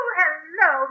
hello